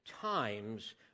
times